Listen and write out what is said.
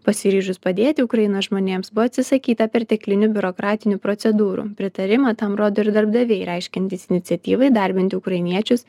pasiryžus padėti ukrainos žmonėms buvo atsisakyta perteklinių biurokratinių procedūrų pritarimą tam rodo ir darbdaviai reiškiantys iniciatyvą įdarbinti ukrainiečius